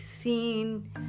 seen